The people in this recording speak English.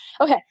okay